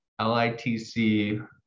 LITC